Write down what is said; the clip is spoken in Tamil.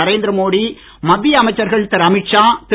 நரேந்திர மோடி மத்திய அமைச்சர்கள் திரு அமித்ஷா திரு